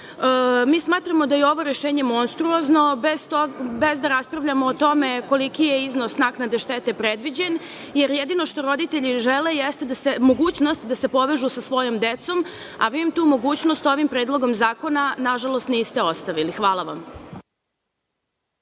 Mi smatramo da je ovo rešenje monstruozno, bez da raspravljamo o tome koliki je iznos naknade štete predviđen, jer jedino što roditelji žele jeste mogućnost da se povežu sa svojom decom, a vi im tu mogućnost ovim predlogom zakona, nažalost, niste ostavili. Hvala vam.